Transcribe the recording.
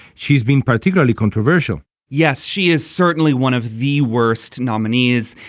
she's been particularly controversial yes she is certainly one of the worst nominees.